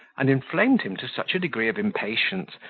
and inflamed him to such a degree of impatience,